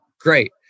Great